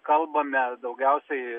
kalbame daugiausiai